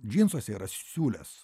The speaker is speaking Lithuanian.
džinsuose yra siūlės